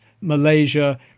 Malaysia